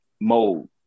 mode